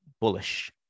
bullish